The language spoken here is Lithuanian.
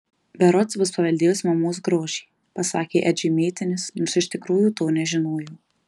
berods bus paveldėjusi mamos grožį pasakė edžiui mėtinis nors iš tikrųjų to nežinojo